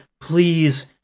please